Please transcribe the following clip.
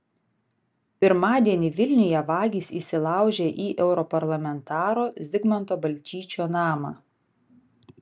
pirmadienį vilniuje vagys įsilaužė į europarlamentaro zigmanto balčyčio namą